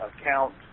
account